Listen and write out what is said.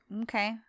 okay